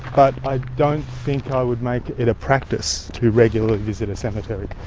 but i don't think i would make it practice to regularly visit a cemetery.